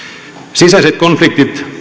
sisäiset konfliktit